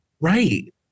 Right